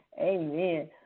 Amen